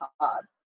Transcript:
hard